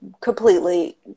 completely